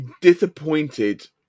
disappointed